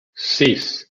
sis